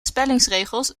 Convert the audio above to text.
spellingsregels